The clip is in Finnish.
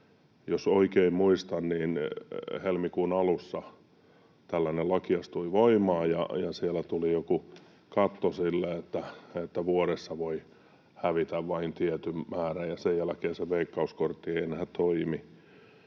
Jos oikein muistan, niin helmikuun alussa tällainen laki astui voimaan, ja siellä tuli joku katto sille, että vuodessa voi hävitä vain tietyn määrän ja sen jälkeen Veikkaus-kortti ei enää toimi.